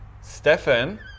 Stefan